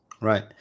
Right